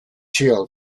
chill